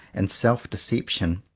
and self-de ception.